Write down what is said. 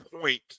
point